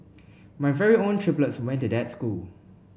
my very own triplets went to that school